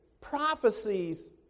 prophecies